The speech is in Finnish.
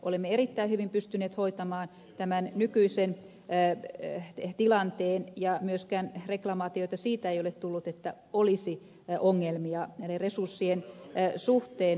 olemme erittäin hyvin pystyneet hoitamaan tämän nykyisen tilanteen ja myöskään reklamaatioita siitä ei ole tullut että olisi ongelmia resurssien suhteen